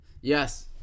Yes